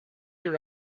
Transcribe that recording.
your